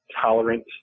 tolerant